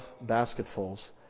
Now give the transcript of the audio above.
basketfuls